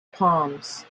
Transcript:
palms